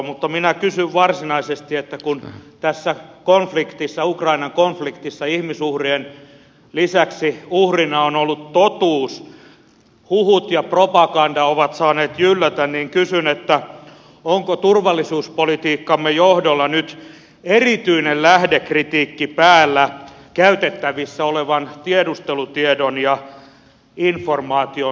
mutta varsinaisesti minä kysyn kun tässä konfliktissa ukrainan konfliktissa ihmisuhrien lisäksi uhrina on ollut totuus huhut ja propaganda ovat saaneet jyllätä onko turvallisuuspolitiikkamme johdolla nyt erityinen lähdekritiikki päällä käytettävissä olevan tiedustelutiedon ja informaation suhteen